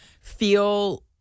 feel